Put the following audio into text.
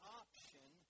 option